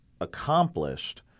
accomplished